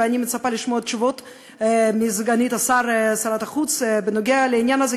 ואני מצפה לשמוע תשובות מסגנית שר החוץ בנוגע לעניין הזה,